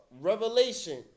Revelation